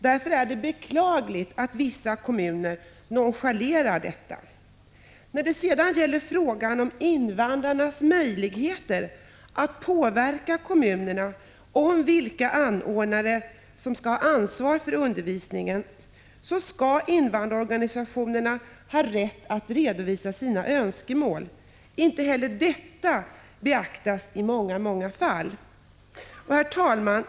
Därför är det beklagligt att vissa kommuner nonchalerar detta. Beträffande invandrarnas möjligheter att påverka kommunerna i frågan om vilka anordnare som skall ha ansvar för undervisningen vill jag framhålla att invandrarorganisationerna har rätt att redovisa sina önskemål. Inte heller detta beaktas i många många fall. Herr talman!